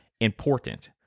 important